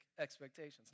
expectations